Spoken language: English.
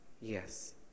Yes